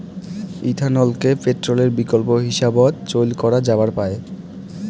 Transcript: ইথানলকে পেট্রলের বিকল্প হিসাবত চইল করা যাবার পায়